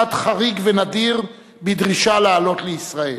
בצעד חריג ונדיר, בדרישה לעלות לישראל.